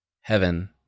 heaven